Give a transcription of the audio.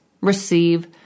receive